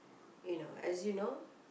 you know as you know